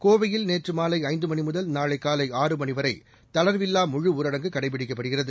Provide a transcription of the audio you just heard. கோவையில் நேற்று மாலை ஐந்து மணி முதல் நாளை காலை ஆறு மணி வரை தளர்வில்லா முழு ஊரடங்கு கடைபிடிக்கப்படுகிறது